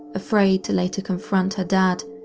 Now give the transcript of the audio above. afraid to later confront her dad,